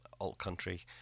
alt-country